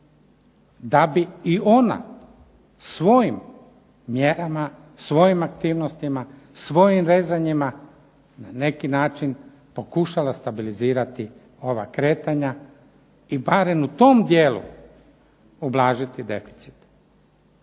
da bi i ona svojim mjerama, svojim aktivnostima, svojim rezanjima na neki način pokušala stabilizirati ova kretanja i barem u tom dijelu ublažiti deficit.